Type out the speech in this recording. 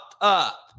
up